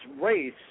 race